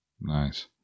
Nice